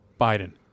biden